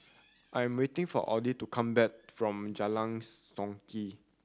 I am waiting for Audie to come back from Jalan Songket